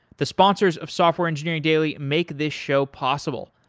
the sponsors of software engineering daily make this show possible,